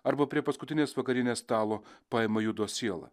arba prie paskutinės vakarienės stalo paima judo sielą